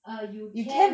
err you can